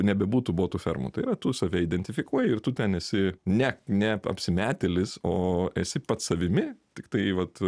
nebebūtų botų fermų tai yra tu save identifikuoji ir tu ten esi ne ne apsimetėlis o esi pats savimi tiktai vat